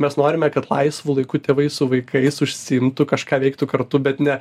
mes norime kad laisvu laiku tėvai su vaikais užsiimtų kažką veiktų kartu bet ne